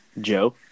Joe